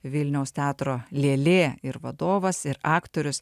vilniaus teatro lėlė ir vadovas ir aktorius